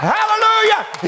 Hallelujah